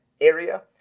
area